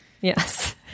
Yes